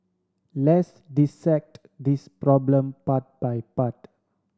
let's dissect this problem part by part